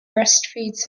breastfeeds